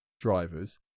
drivers